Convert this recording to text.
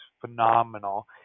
phenomenal